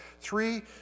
three